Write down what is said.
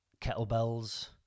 kettlebells